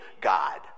God